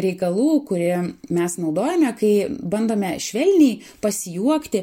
reikalų kurie mes naudojame kai bandome švelniai pasijuokti